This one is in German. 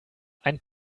ein